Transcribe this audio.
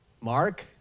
Mark